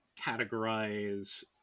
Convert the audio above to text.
categorize